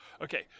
okay